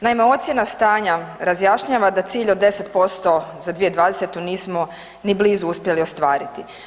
Naime, ocjena stanja razjašnjava da cilj od 10% za 2020.nismo ni blizu uspjeli ostvariti.